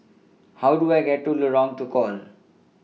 How Do I get to Lorong Tukol